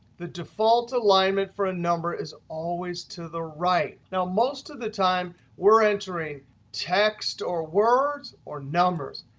the default alignment for a number is always to the right. now, most of the time we're entering text or words or numbers.